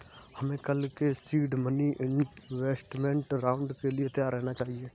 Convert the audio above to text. हमें कल के सीड मनी इन्वेस्टमेंट राउंड के लिए तैयार रहना चाहिए